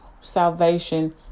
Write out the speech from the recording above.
salvation